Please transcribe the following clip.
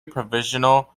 provisional